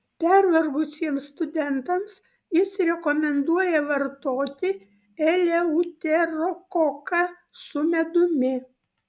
pervargusiems studentams jis rekomenduoja vartoti eleuterokoką su medumi